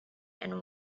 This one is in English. and